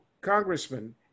Congressman